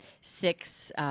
six